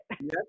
Yes